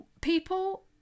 People